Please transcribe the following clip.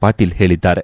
ಪಾಟೀಲ್ ಹೇಳಿದ್ದಾರೆ